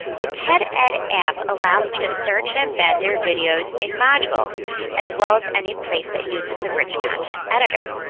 the ted ed app allows me to search and embed their videos in modules as well as any place that uses the rich content editor.